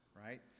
right